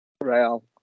Real